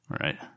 right